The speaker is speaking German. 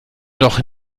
doch